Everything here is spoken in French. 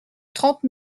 trente